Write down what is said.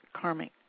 karmic